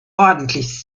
ordentlich